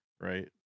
right